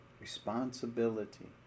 Responsibility